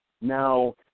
Now